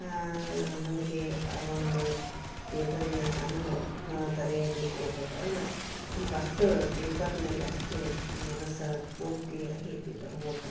ನಮಗೆ ಒಂದು ಪೇಪರಿನ ಅನುಭವ ತಲೆಯಲ್ಲಿ ಉಳ್ಕೊಂಡು ಅಂದ್ರೆ ನಮಗೆ ಅಷ್ಟು ಪೇಪರಿನಲ್ಲಿ ಅಷ್ಟು ಮನಸು ಪೂರ್ತಿಯಾಗಿ ಪೇಪರ್ ಓದತಕ್ಕಂಥ